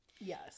yes